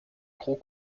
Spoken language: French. gros